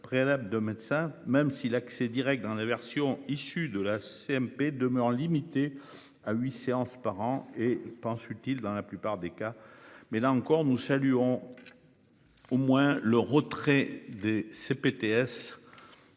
préalable d'un médecin même si l'accès Direct dans la version issue de la CMP demeure limité à 8 séances par an et pense utile dans la plupart des cas mais là encore, nous saluons. Au moins le retrait des CPTS.